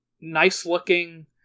nice-looking